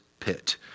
pit